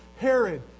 Herod